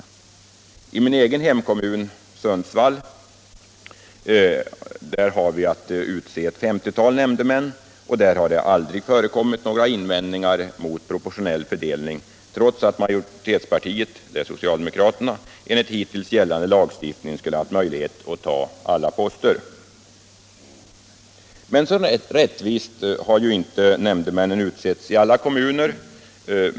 I exempelvis min egen hemkommun Sundsvall, där vi har att utse ett femtiotal nämndemän, har det aldrig förekommit några invändningar mot proportionell fördelning, trots att majoritetspartiet — det är socialdemokraterna — enligt hittills gällande lagstiftning skulle ha haft möjligheter att ta alla poster. Men så rättvist har inte nämndemännen utsetts i alla kommuner.